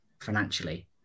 financially